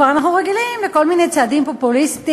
אנחנו כבר רגילים לכל מיני צעדים פופוליסטיים,